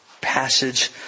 passage